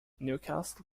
newcastle